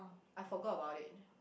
I forgot about it